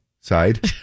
side